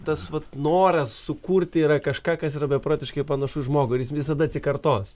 tas vat noras sukurti kažką kas yra beprotiškai panašu į žmogų ir jis visada atsikartos